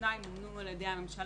פנאי מומנו על ידי הממשלה,